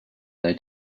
they